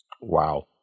Wow